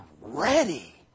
ready